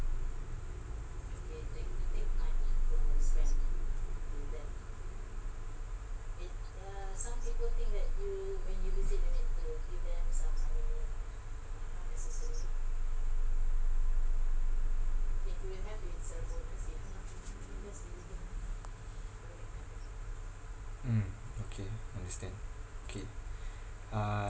mmhmm okay understand okay uh